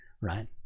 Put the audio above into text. right